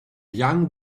young